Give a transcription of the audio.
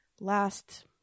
last